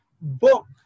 book